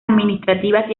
administrativas